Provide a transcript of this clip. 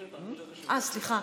סליחה,